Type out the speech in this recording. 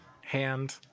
Hand